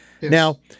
Now